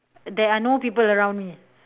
there are no people around me